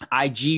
IG